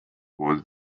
was